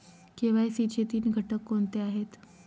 KYC चे तीन घटक कोणते आहेत?